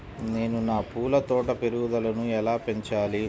నేను నా పూల తోట పెరుగుదలను ఎలా పెంచాలి?